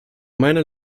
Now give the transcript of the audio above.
meiner